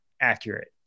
accurate